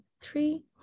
three